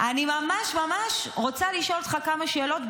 אני ממש רוצה לשאול אותך כמה שאלות,